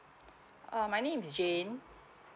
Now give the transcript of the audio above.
uh my name is jane